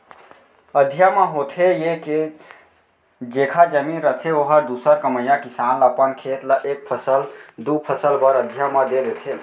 अधिया म होथे ये के जेखर जमीन रथे ओहर दूसर कमइया किसान ल अपन खेत ल एक फसल, दू फसल बर अधिया म दे देथे